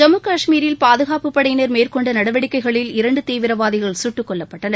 ஜம்மு கஷ்மீரில் பாதுகாப்புப்படையினர் மேற்கொண்ட நடவடிக்கைகளில் இரண்டு தீவிரவாதிகள் சுட்டுக்கொல்லப்பட்டனர்